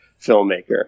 filmmaker